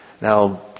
Now